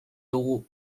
dugu